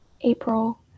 April